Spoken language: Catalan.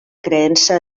creença